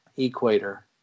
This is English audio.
Equator